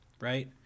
right